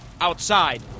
Outside